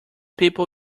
people